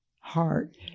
heart